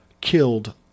killed